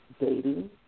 dating